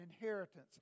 inheritance